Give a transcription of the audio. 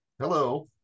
hello